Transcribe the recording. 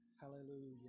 Hallelujah